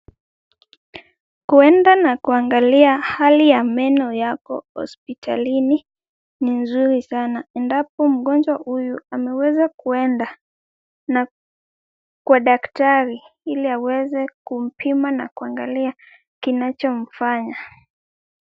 Kuenda na kuangalia hali ya meno yako hospitalini ni nzuri sana, endapo mgonjwa huyu ameweza kuenda kwa daktari ili aweze kumpima na kuangalia kinachomfanya .